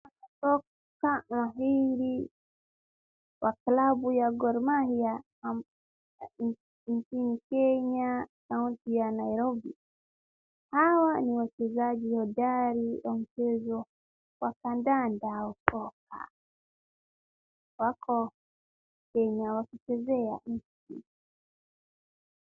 mashabaki wa klabu ya gormahia nchini kenya jijini nairobi , hawa ni wachezaji hodari wa mchezo wa kandanda au soka wako sehemu ya kuchezea